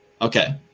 Okay